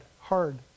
hard